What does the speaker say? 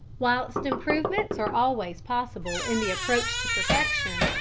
whilst improvements are always possible in the approach to perfection,